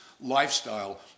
lifestyle